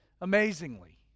Amazingly